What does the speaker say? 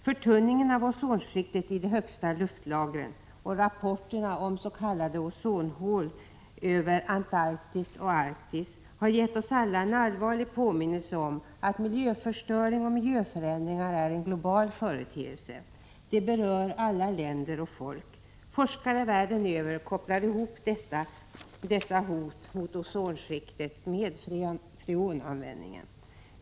Förtunningen av ozonskiktet i de högsta luftlagren och rapporterna om s.k. ozonhål över Antarktis och Arktis har gett oss alla en allvarlig påminnelse om att miljöförstöring och miljöförändringar är en global företeelse. Detta berör alla länder och folk. Forskare över hela världen kopplar ihop dessa hot mot ozonskiktet med freonanvändningen.